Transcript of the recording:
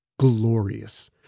Glorious